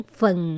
phần